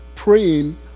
praying